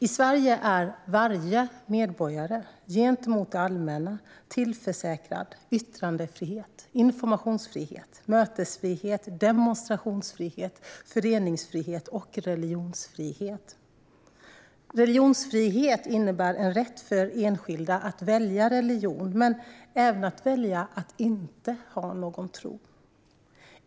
I Sverige är varje medborgare gentemot det allmänna tillförsäkrad yttrandefrihet, informationsfrihet, mötesfrihet, demonstrationsfrihet, föreningsfrihet och religionsfrihet. Religionsfrihet innebär en rätt för enskilda att välja religion men även att välja att inte ha någon tro.